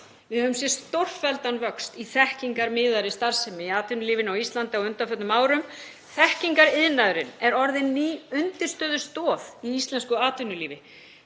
Við höfum séð stórfelldan vöxt í þekkingarmiðaðri starfsemi í atvinnulífinu á Íslandi á undanförnum árum. Þekkingariðnaðurinn er orðinn ný undirstöðustoð í íslensku atvinnulífi.